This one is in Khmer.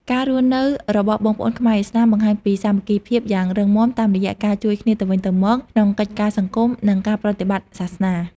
ការរស់នៅរបស់បងប្អូនខ្មែរឥស្លាម បង្ហាញពីសាមគ្គីភាពយ៉ាងរឹងមាំតាមរយៈការជួយគ្នាទៅវិញទៅមកក្នុងកិច្ចការសង្គម និងការប្រតិបត្តិសាសនា។